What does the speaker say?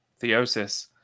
theosis